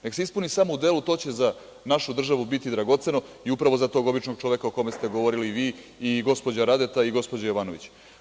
Nek se ispuni samo u delu, to će za našu državu biti dragoceno i upravo za tog običnog čoveka o kome ste govorili i vi i gospođa Radeta i gospođa Jovanović.